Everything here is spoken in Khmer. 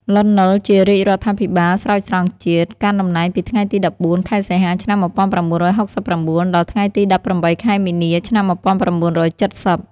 លន់ នល់ ជារាជរដ្ឋាភិបាលស្រោចស្រង់ជាតិ កាន់តំណែងពីថ្ងៃទី១៤ ខែសីហា ឆ្នាំ១៩៦៩ ដល់ថ្ងៃទី ១៨ ខែមីនា ឆ្នាំ១៩៧០។